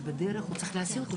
שבדרך הוא צריך להסיע אותו,